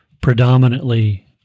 predominantly